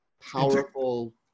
powerful